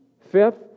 Fifth